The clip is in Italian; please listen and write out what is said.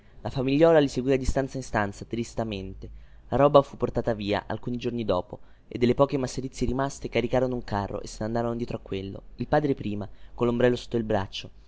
la famigliuola li seguiva di stanza in stanza tristamente la roba fu portata via alcuni giorni dopo e delle poche masserizie rimaste caricarono un carro e se ne andarono dietro a quello il padre prima collombrello sotto il braccio